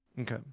Okay